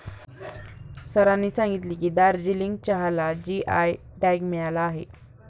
सरांनी सांगितले की, दार्जिलिंग चहाला जी.आय टॅग मिळाला आहे